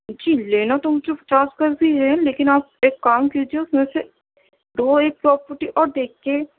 جی لینا تو مجھے پچاس گز ہی ہے لیکن آپ ایک کام کیجیے اُس میں سے دو ایک پروپرٹی اور دیکھ کے